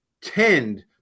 tend